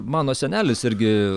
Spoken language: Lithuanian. mano senelis irgi